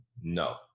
No